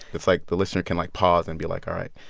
it's, like, the listener can, like, pause and be like, all right,